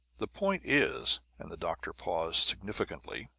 the point is, and the doctor paused significantly,